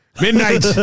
midnight